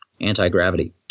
anti-gravity